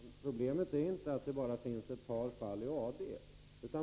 Herr talman! Problemet är inte att AD har tagit upp bara ett par fall.